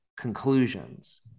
conclusions